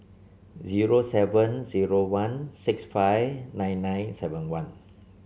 zero seven zero one six five nine nine seven one